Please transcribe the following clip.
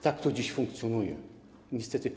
Tak to dziś funkcjonuje, niestety.